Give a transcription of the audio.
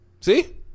See